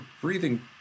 breathing